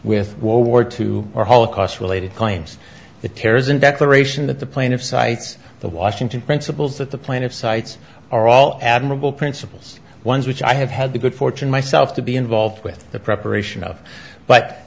with ward two or holocaust related claims the terrorism declaration that the plaintiff cites the washington principles that the plan of cites are all admirable principles ones which i have had the good fortune myself to be involved with the preparation of but